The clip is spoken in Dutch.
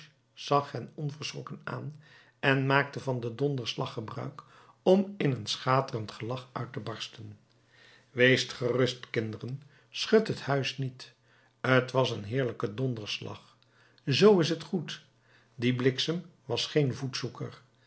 zag hen onverschrokken aan en maakte van den donderslag gebruik om in een schaterend gelach uit te barsten weest rustig kinderen schudt het huis niet t was een heerlijke donderslag zoo is t goed die bliksem was geen